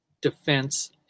defense